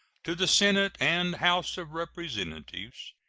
to the senate and house of representatives